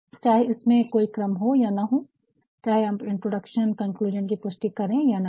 चाहे इसमें कोई क्रम हो या ना हो चाहे आप का इंट्रोडक्शन कंक्लुजन की पुष्टि करें या ना करें